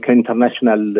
international